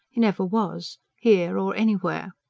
he never was here or anywhere.